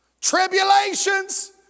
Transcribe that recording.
tribulations